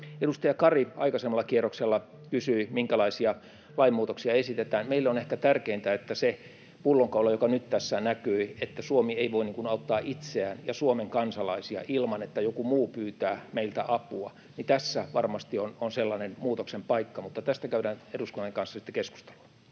Edustaja Kari aikaisemmalla kierroksella kysyi, minkälaisia lainmuutoksia esitetään. Meille on ehkä tärkeintä, että se pullonkaula, joka nyt tässä näkyi, että Suomi ei voi auttaa itseään ja Suomen kansalaisia ilman, että joku muu pyytää meiltä apua... Tässä varmasti on sellainen muutoksen paikka, mutta tästä käydään eduskunnan kanssa sitten keskustelua.